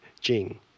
Jing